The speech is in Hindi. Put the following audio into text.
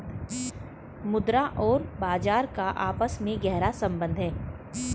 मुद्रा और बाजार का आपस में गहरा सम्बन्ध है